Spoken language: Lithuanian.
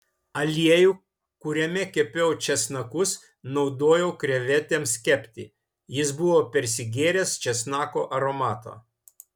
aliejų kuriame kepiau česnakus naudojau krevetėms kepti jis buvo persigėręs česnako aromato